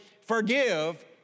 forgive